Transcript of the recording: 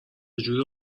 جوری